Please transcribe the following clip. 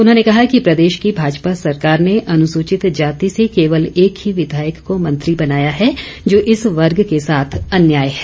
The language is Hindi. उन्होंने कहा कि प्रदेश की भाजपा सरकार ने अनुसूचित जाति से केवल एक ही विधायक को मंत्री बनाया है जो इस वर्ग के साथ अन्याय है